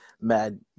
mad